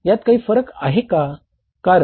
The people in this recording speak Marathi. यात काही फरक आहे का